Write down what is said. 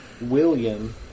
William